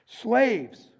Slaves